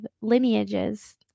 lineages